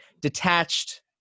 detached